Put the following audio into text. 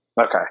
Okay